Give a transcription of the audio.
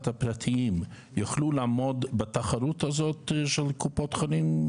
הפרטיים יוכלו לעמוד בתחרות הזאת עם קופות החולים,